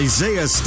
Isaiah